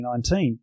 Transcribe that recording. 2019